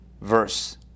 verse